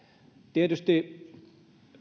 tietysti